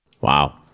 Wow